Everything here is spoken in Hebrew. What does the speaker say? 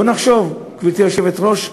בואו נחשוב, גברתי היושבת-ראש,